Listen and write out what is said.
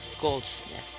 Goldsmith